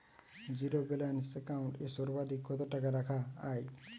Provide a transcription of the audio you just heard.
Zero balance account এ সর্বাধিক কত টাকা রাখা য়ায়?